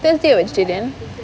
then did in